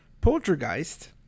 Poltergeist